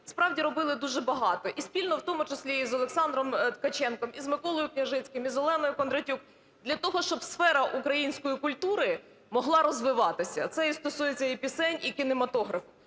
справді робили дуже багато і спільно, в тому числі, з Олександром Ткаченко і з Миколою Княжицьким, і з Оленою Кондратюк. Для того, щоб сфера української культури могла розвиватися, це стосується і пісень, і кінематографу.